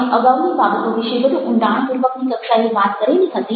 આપણે અગાઉની બાબતો વિશે વધુ ઊંડાણપૂર્વકની કક્ષાએ વાત કરેલી હતી